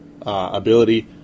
ability